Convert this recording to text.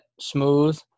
Smooth